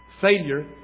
Failure